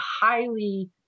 highly